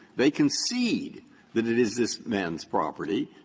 they concede that it is this man's property.